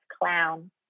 clown